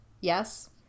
Yes